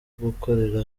gukorera